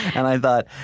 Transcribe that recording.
and i thought,